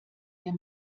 der